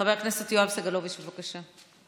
חבר הכנסת יואב סגלוביץ', בבקשה.